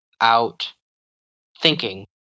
out-thinking